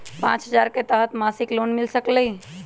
पाँच हजार के तहत मासिक लोन मिल सकील?